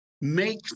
make